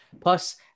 Plus